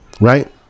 right